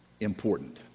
important